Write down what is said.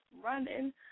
running